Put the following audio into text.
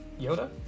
Yoda